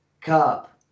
Cup